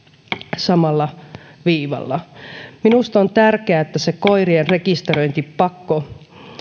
samalla viivalla minusta on tärkeää että se koirien rekisteröintipakko